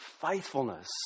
faithfulness